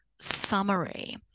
summary